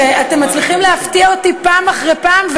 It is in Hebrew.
שאתם מצליחים להפתיע אותי פעם אחר פעם,